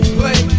play